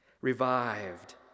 Revived